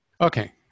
Okay